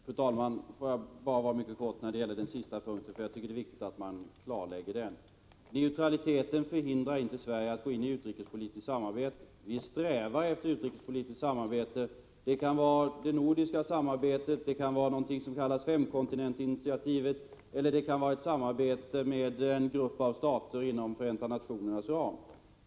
Fru talman! Låt mig mycket kortfattat säga några ord beträffande den sistnämnda punkten, eftersom jag tycker det är viktigt att man klarlägger den. Neutraliteten förhindrar inte Sverige att gå in i utrikespolitiskt samarbete. Vi strävar efter utrikespolitiskt samarbete. Det kan vara det nordiska samarbetet, det kan vara någonting som kallas femkontinentinitiativet eller det kan vara ett samarbete med en grupp av stater inom Förenta nationernas ram.